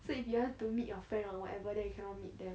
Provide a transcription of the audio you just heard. so if you want to meet your friend or whatever that you cannot meet them